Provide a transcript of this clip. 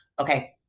Okay